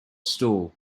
stool